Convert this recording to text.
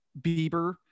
Bieber